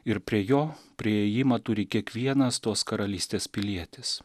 ir prie jo priėjimą turi kiekvienas tos karalystės pilietis